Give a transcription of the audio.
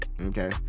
Okay